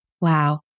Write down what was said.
Wow